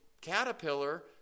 caterpillar